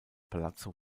palazzo